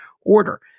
order